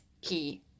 key